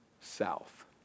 south